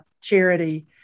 charity